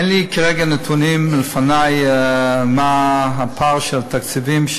אין לי כרגע לפני נתונים מה הפער בתקציבים,